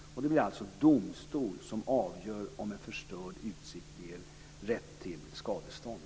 Det blir alltså domstol som avgör om en förstörd utsikt ger rätt till skadestånd.